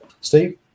Steve